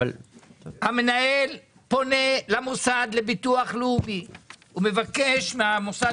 המנהל פונה למוסד לביטוח לאומי ומבקש מהמוסד